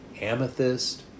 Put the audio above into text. amethyst